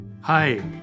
Hi